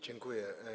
Dziękuję.